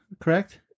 correct